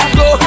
go